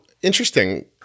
Interesting